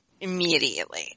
immediately